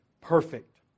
perfect